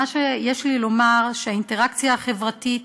מה שיש לי לומר, שהאינטראקציה החברתית